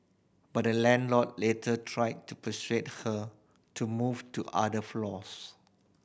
but the landlord later tried to persuade her to move to other floors